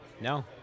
No